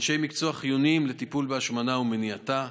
אנשי מקצוע החיוניים לטיפול בהשמנה ולמניעתה,